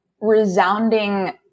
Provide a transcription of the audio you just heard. resounding